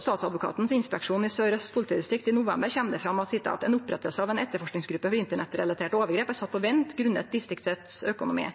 statsadvokatens inspeksjon i Sør-Øst politidistrikt i november kjem det fram at en «opprettelse av en etterforskningsgruppe for internettrelaterte overgrep er satt på vent grunnet distriktets økonomi».